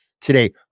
today